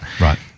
Right